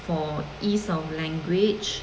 for ease of language